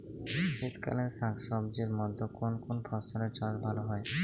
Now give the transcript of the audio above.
শীতকালীন শাকসবজির মধ্যে কোন কোন ফসলের চাষ ভালো হয়?